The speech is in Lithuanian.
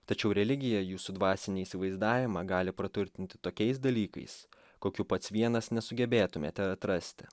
tačiau religija jūsų dvasinį įsivaizdavimą gali praturtinti tokiais dalykais kokių pats vienas nesugebėtumėte atrasti